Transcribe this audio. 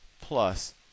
plus